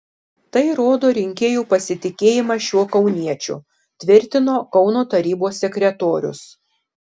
tai rodo rinkėjų pasitikėjimą šiuo kauniečiu tvirtino kauno tarybos sekretorius